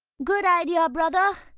good idea, brother!